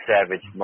Savage